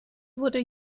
wurde